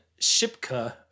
Shipka